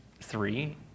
three